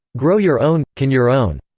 grow your own, can your own,